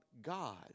God